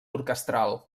orquestral